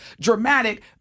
dramatic